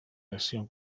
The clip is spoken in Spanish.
lesión